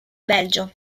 belgio